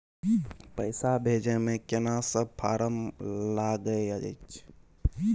पैसा भेजै मे केना सब फारम लागय अएछ?